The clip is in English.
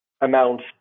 amount